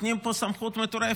נותנים פה סמכות מטורפת.